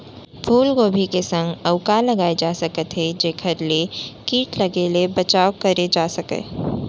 फूलगोभी के संग अऊ का लगाए जाथे सकत हे जेखर ले किट लगे ले बचाव करे जाथे सकय?